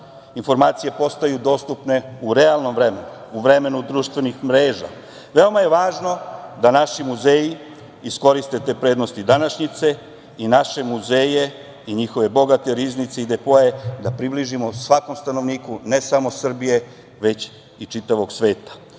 informacije postaju dostupne u realnom vremenu, u vremenu društvenih mreža, veoma je važno da naši muzeji iskoriste te prednosti današnjice i naše muzeje i njihove bogate riznice i depoe da približimo svakom stanovniku ne samo Srbije, već i čitavog sveta.